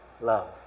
love